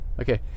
Okay